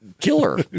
killer